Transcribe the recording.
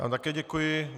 Já také děkuji.